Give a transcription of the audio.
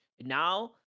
now